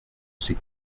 c’est